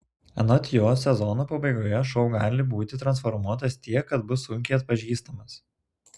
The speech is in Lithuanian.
anot jo sezono pabaigoje šou gali būti transformuotas tiek kad bus sunkiai atpažįstamas